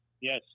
Yes